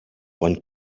one